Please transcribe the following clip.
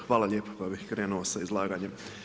Hvala lijepo pa bih krenuo sa izlaganjem.